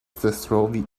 distro